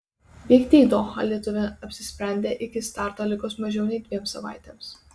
vykti į dohą lietuvė apsisprendė iki starto likus mažiau nei dviem savaitėms